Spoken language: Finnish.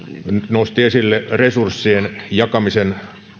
nosti esille resurssien jakamisen